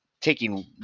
taking